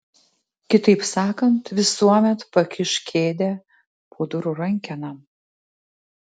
kitaip sakant visuomet pakišk kėdę po durų rankena